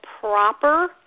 proper